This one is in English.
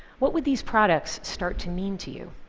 what would these products start to mean to you?